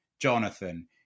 Jonathan